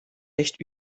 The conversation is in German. echt